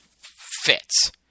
fits